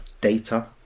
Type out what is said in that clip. data